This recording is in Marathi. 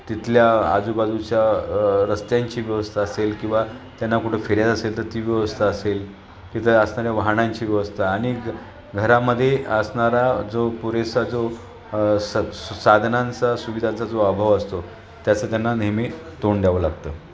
तिथल्या आजूबाजूच्या रस्त्यांची व्यवस्था असेल किंवा त्यांना कुठं असेल तर ती व्यवस्था असेल तिथे असणाऱ्या वाहनांची व्यवस्था आणि घरामध्ये असणारा जो पुरेसा जो स साधनांचा सुविधांचा जो अभाव असतो त्याचा त्यांना नेहमी तोंड द्यावं लागतं